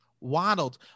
waddled